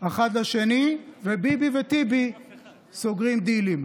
אחד לשני, וביבי וטיבי סוגרים דילים.